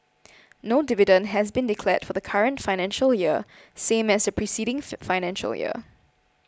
no dividend has been declared for the current financial year same as the preceding financial year